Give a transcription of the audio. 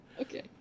Okay